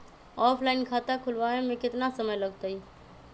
Offline खाता खुलबाबे में केतना समय लगतई?